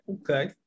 Okay